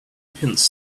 pins